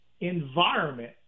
environment